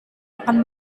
akan